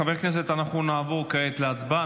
חברי הכנסת, אנחנו נעבור כעת להצבעה.